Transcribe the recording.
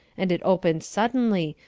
and it opened suddenly,